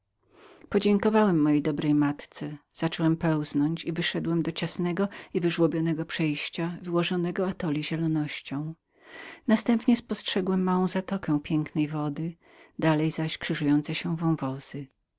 podziękowałem mojej dobrej matce zacząłem pełznąć i wyszedłem do ciasnego i wyżłobionego przejścia wyłożonego atoli zielonością następnie spostrzegłem małą zatokę pięknej wody dalej zaś krzyżujące się